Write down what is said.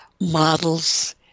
Models